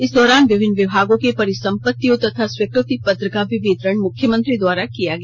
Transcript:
इस दौरान विभिन्न विभागों के परिसंपत्तियों का वितरण तथा स्वीकृति पत्र का भी वितरण मुख्यमंत्री द्वारा किया गया